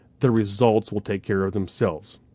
the results will take care of themselves.